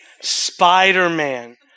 Spider-Man